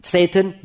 Satan